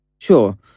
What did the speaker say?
Sure